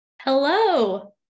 Hello